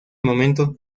momento